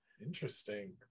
Interesting